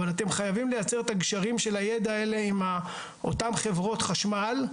אבל אתם חייבים לייצר את הגשרים של הידע הזה עם אותן חברות חשמל,